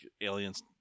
aliens